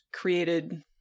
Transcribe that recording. created